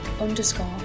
underscore